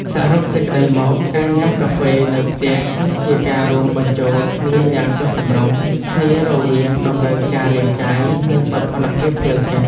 សរុបសេចក្ដីមក ការញ៉ាំកាហ្វេនៅផ្ទះគឺជាការរួមបញ្ចូលគ្នាយ៉ាងចុះសម្រុងគ្នារវាង តម្រូវការរាងកាយ និងសោភ័ណភាពផ្លូវចិត្ត។